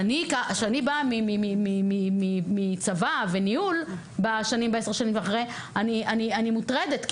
אני באה מצבא וניהול עשר שנים אחרי, ואני מוטרדת.